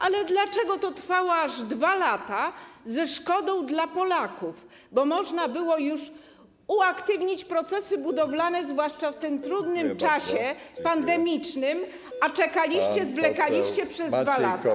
Ale dlaczego to trwało aż 2 lata ze szkodą dla Polaków, bo można było już uaktywnić procesy budowlane, zwłaszcza w tym trudnym czasie pandemicznym, a czekaliście, zwlekaliście przez 2 lata?